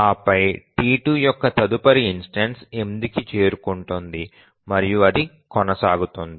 ఆ పై T2 యొక్క తదుపరి ఇన్స్టెన్సు 8కి చేరుకుంటుంది మరియు అది కొనసాగుతుంది